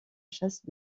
chasse